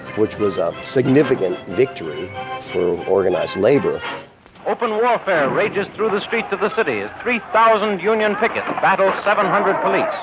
which was a significant victory for organized labor open warfare rages through the streets of the city as three thousand union pickets battle seven hundred police.